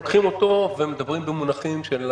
אנחנו לוקחים פה תקלה והופכים אותה